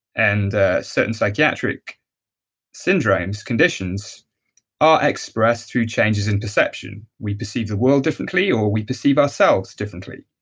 and a certain psychiatric syndromes, conditions are expressed through changes in perception. we perceive the world differently or we perceive ourselves differently.